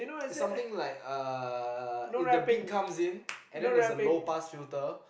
it's something like uh the beat comes in and then there's a low pass filter